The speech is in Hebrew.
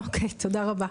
אוקיי, תודה רבה.